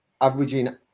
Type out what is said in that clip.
averaging